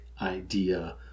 idea